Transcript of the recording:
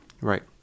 Right